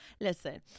listen